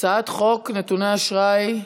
הצעת חוק נתוני אשראי (תיקון,